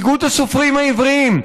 איגוד הסופרים העבריים,